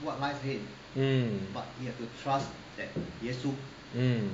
mm mm